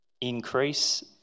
increase